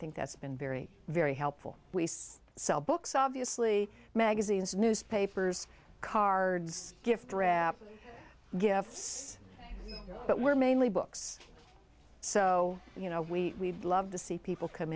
think that's been very very helpful we sell books obviously magazines newspapers cards gift wrap gifts but we're mainly books so you know we love to see people come